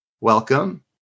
Welcome